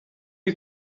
you